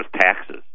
taxes